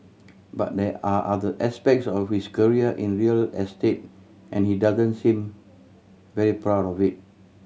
but there are other aspects of his career in real estate and he doesn't seem very proud of it